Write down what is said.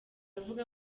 avuga